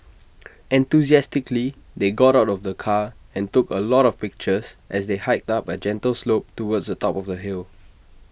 enthusiastically they got out of the car and took A lot of pictures as they hiked up A gentle slope towards the top of the hill